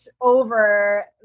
over